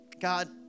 God